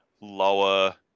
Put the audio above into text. lower